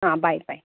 ಹಾಂ ಬಾಯ್ ಬಾಯ್